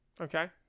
Okay